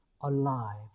alive